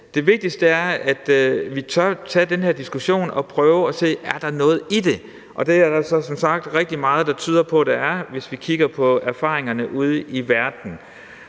Det vigtigste er, at vi tør tage den her diskussion og prøver at se på, om der er noget i det, og det er der så som sagt rigtig meget der tyder på der er, hvis vi kigger på erfaringerne ude i verden.